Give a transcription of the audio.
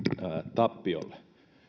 tappiolle